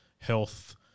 health